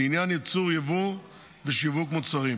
לעניין ייצור, יבוא ושיווק מוצרים.